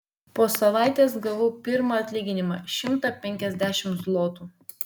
po savaitės gavau pirmą atlyginimą šimtą penkiasdešimt zlotų